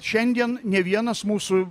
šiandien ne vienas mūsų